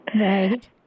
Right